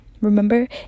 remember